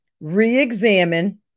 Re-examine